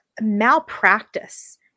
malpractice